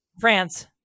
France